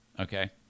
Okay